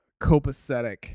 copacetic